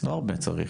לא הרבה צריך,